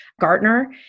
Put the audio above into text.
Gartner